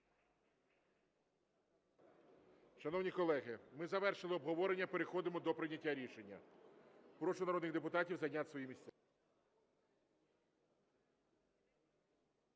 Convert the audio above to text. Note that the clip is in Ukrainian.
Шановні колеги, ми завершили обговорення, переходимо до прийняття рішення. Прошу народних депутатів зайняти свої місця.